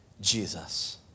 Jesus